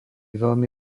veľmi